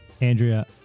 Andrea